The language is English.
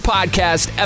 Podcast